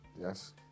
Yes